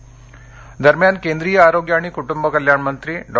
बैठक दरम्यान केंद्रीय आरोग्य आणि कुटुंब कल्याण मंत्री डॉ